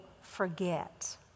forget